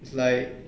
it's like